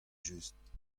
just